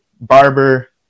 barber